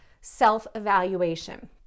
self-evaluation